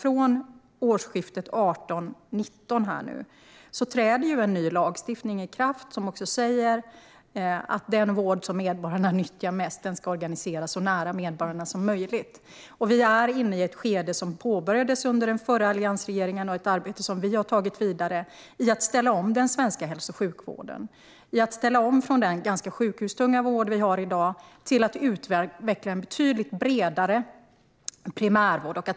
Från årsskiftet 18/19 träder en ny lagstiftning i kraft som säger att den vård som medborgarna nyttjar mest ska organiseras så nära medborgarna som möjligt. Sverige är inne i ett skede som påbörjades under alliansregeringen och som vi har tagit vidare där vi ställer om den svenska sjukvården från dagens sjukhustunga vård till en betydligt bredare primärvård.